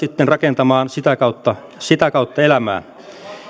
sitten rakentamaan sitä kautta sitä kautta elämää